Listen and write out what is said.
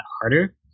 harder